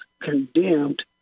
condemned